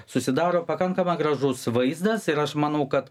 susidaro pakankamai gražus vaizdas ir aš manau kad